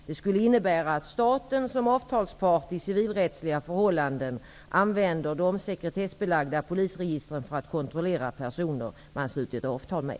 Det skulle innebära att staten som avtalspart i civilrättsliga förhållanden använder de sekretessbelagda polisregistren för att kontrollera personer man har slutit avtal med.